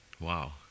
Wow